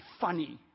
funny